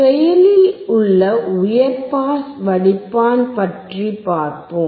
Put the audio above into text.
செயலில் உள்ள உயர் பாஸ் வடிப்பான் பற்றி பார்ப்போம்